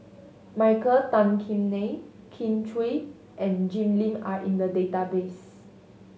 Michael Tan Kim Nei Kin Chui and Jim Lim are in the database